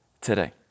today